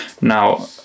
Now